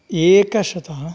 एकशत